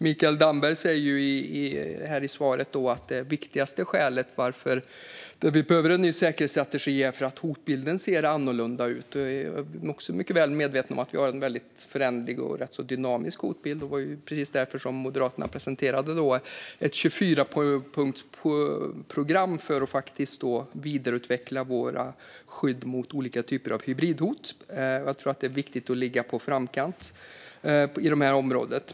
Mikael Damberg säger i svaret att det viktigaste skälet till att vi behöver en ny säkerhetsstrategi är att hotbilden ser annorlunda ut. Jag är också mycket väl medveten om att vi har en väldigt föränderlig och rätt så dynamisk hotbild. Det var precis därför Moderaterna presenterade ett 24punktsprogram för att vidareutveckla våra skydd mot olika typer av hybridhot. Jag tror att det är viktigt att ligga i framkant på det här området.